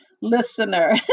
listener